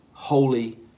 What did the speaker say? holy